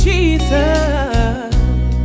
Jesus